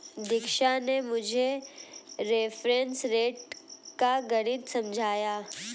दीक्षा ने मुझे reference rate का गणित समझाया